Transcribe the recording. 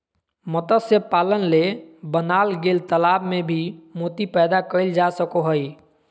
मत्स्य पालन ले बनाल गेल तालाब में भी मोती पैदा कइल जा सको हइ